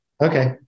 Okay